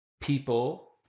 people